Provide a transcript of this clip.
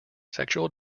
sexual